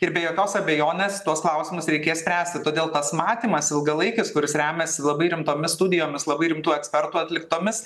ir be jokios abejonės tuos klausimus reikės spręsti todėl tas matymas ilgalaikis kuris remiasi labai rimtomis studijomis labai rimtų ekspertų atliktomis